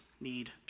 need